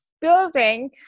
building